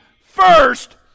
first